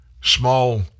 small